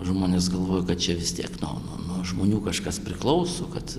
žmonės galvojo kad čia vis tiek nuo nuo nuo žmonių kažkas priklauso kad